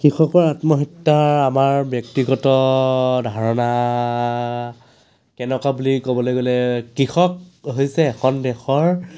কৃষকৰ আত্মহত্যা আমাৰ ব্যক্তিগত ধাৰণা কেনেকুৱা বুলি ক'বলৈ গ'লে কৃষক হৈছে এখন দেশৰ